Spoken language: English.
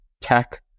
tech